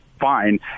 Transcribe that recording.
fine